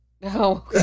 No